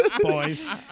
boys